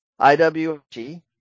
IWG